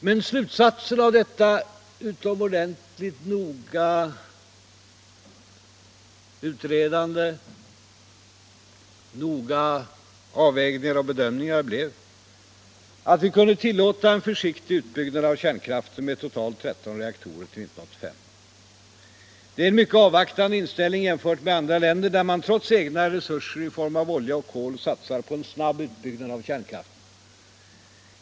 Men slutsatsen av dessa utomordentligt noggranna utredningar, avvägningar och bedömningar blev att vi kunde tillåta en försiktig utbyggnad av kärnkraften med totalt 13 reaktorer till 1985. Det är en mycket avvaktande inställning jämfört med andra länder, där man -— trots egna resurser i form av olja och kol — satsar på en snabb utbyggnad av kärnkraften.